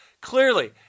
Clearly